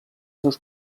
seus